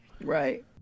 Right